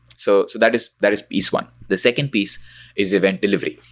so that is that is piece one. the second piece is event delivery,